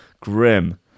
Grim